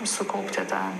sukaupti tą